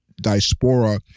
diaspora